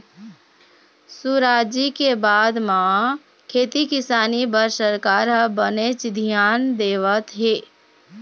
सुराजी के बाद म खेती किसानी बर सरकार ह बनेच धियान देवत हे